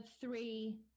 three